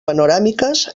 panoràmiques